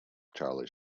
charlie